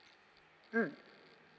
mm